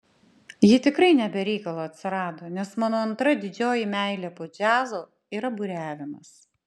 ji tikrai ne be reikalo atsirado nes mano antra didžioji meilė po džiazo yra buriavimas